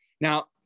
now